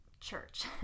church